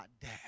dad